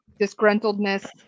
disgruntledness